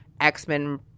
x-men